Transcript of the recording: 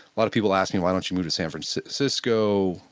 a lot of people ask me why don't you move to san francisco,